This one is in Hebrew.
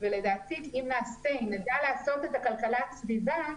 לדעתי אם נדע לעשות את כלכלת הסביבה,